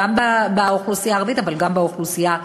גם באוכלוסייה הערבית אבל גם באוכלוסייה היהודית,